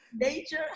nature